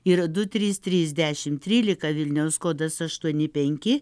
ir du trys trys dešimt trylika vilniaus kodas aštuoni penki